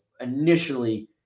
initially